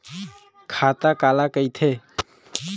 खाता काला कहिथे?